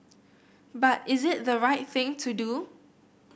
but is it the right thing to do